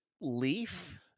leaf